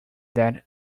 that